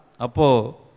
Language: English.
Apo